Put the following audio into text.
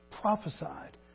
prophesied